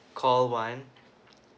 call one